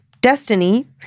Destiny